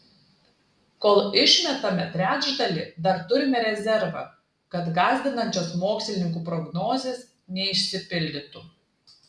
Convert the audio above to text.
kol išmetame trečdalį dar turime rezervą kad gąsdinančios mokslininkų prognozės neišsipildytų